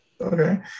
Okay